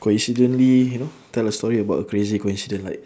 coincidentally you know tell a story about a crazy coincidence like